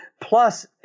Plus